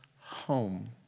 home